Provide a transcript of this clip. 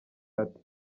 ati